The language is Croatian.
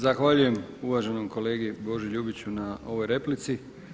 Zahvaljujem uvaženom kolegi Boži Ljubiću na ovoj replici.